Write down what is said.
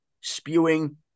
spewing